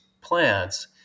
plants